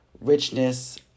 Richness